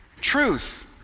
truth